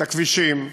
את הכבישים,